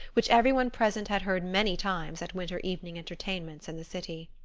which every one present had heard many times at winter evening entertainments in the city.